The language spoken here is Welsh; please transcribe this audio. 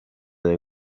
yng